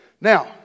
Now